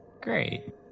Great